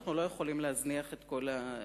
אנחנו לא יכולים להזניח את כל היתר.